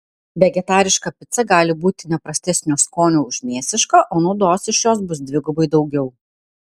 vegetariška pica gali būti ne prastesnio skonio už mėsišką o naudos iš jos bus dvigubai daugiau